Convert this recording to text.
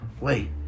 Wait